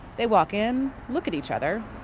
they walk in, look at each other,